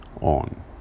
on